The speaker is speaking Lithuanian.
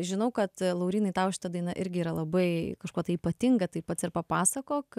žinau kad laurynai tau šita daina irgi yra labai kažkuo tai ypatinga tai pats ir papasakok